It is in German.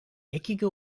eckige